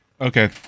Okay